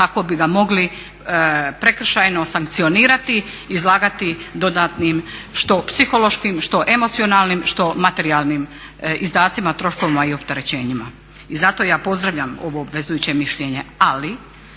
kako bi ga mogli prekršajno sankcionirati i izlagati dodatnim što psihološkim, što emocionalnim, što materijalnim izdacima, troškovima i opterećenjima. I zato ja pozdravljam ovo obvezujuće mišljenje, ali